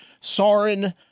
Soren